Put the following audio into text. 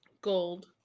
gold